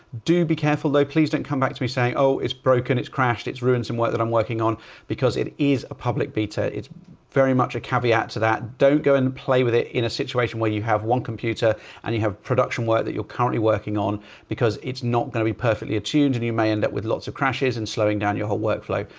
do be careful though. please don't come back to me saying, oh, it's broken, it's crashed. it's ruined some work that i'm working on because it is a public beta. it's very much a caveat to that. don't go and play with it in a situation where you have one computer and you have production work that you're currently working on because it's not going to be perfectly attuned and you may end up with lots of crashes and slowing down your whole work flow.